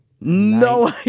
No